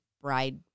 bride